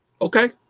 Okay